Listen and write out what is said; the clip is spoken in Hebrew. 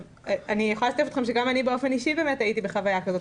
אני יכולה לספר לכם שגם אני באופן אישי הייתי בחוויה כזאת.